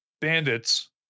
Bandits